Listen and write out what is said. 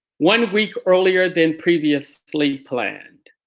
one week earlier than previously planned.